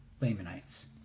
Lamanites